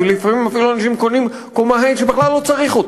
ולפעמים אפילו אנשים קונים קומה ה' שבכלל לא צריך אותה.